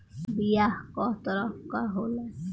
बीया कव तरह क होला?